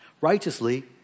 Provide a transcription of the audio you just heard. Righteously